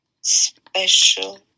special